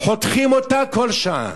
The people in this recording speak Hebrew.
חותכים אותה כל שעה.